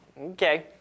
okay